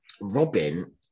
Robin